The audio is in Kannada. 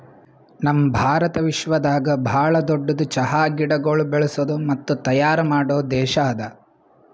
ನಮ್ ಭಾರತ ವಿಶ್ವದಾಗ್ ಭಾಳ ದೊಡ್ಡುದ್ ಚಹಾ ಗಿಡಗೊಳ್ ಬೆಳಸದ್ ಮತ್ತ ತೈಯಾರ್ ಮಾಡೋ ದೇಶ ಅದಾ